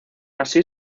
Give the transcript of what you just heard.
así